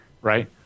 right